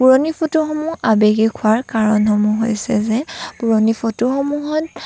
পুৰণি ফটোসমূহ আৱেগিক হোৱাৰ কাৰণসমূহ হৈছে যে পুৰণি ফটোসমূহত